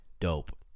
dope